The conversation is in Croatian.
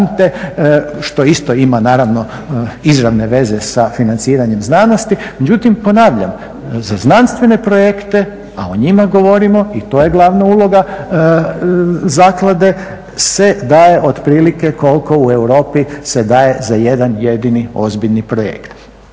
što isto ima naravno izravne veze sa financiranjem znanosti. Međutim ponavljam, za znanstvene projekte, a o njima govorimo i to je glavna uloga zaklade se daje otprilike koliko u Europi se daje za jedan jedini ozbiljni projekt.